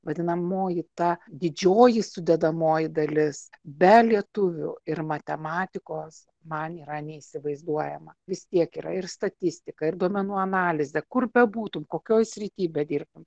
vadinamoji ta didžioji sudedamoji dalis be lietuvių ir matematikos man yra neįsivaizduojama vis tiek yra ir statistika ir duomenų analizė kur bebūtum kokioj srity bedirbtum